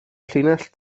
llinell